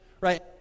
right